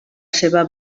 seva